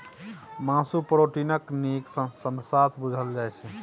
मासु प्रोटीनक नीक साधंश बुझल जाइ छै